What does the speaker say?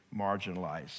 marginalized